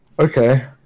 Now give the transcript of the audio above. Okay